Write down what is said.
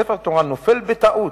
כשספר תורה נופל בטעות,